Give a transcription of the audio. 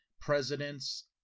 presidents